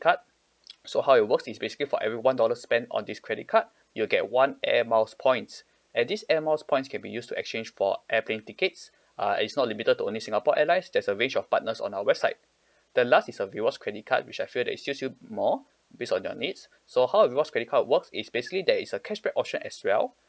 card so how it works is basically for every one dollar spent on this credit card you'll get one Air Miles points and these Air Miles points can be used to exchange for airplane tickets uh it's not limited to only singapore airlines there's a range of partners on our website the last is a rewards credit card which I feel that it suits you more based on your needs so how rewards credit card works is basically there is a cashback option as well